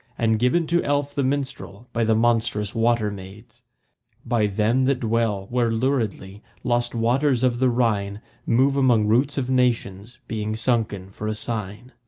and given to elf the minstrel by the monstrous water-maids by them that dwell where luridly lost waters of the rhine move among roots of nations, being sunken for a sign.